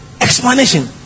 explanation